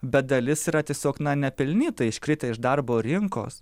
bet dalis yra tiesiog na nepelnytai iškritę iš darbo rinkos